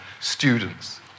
students